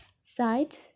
side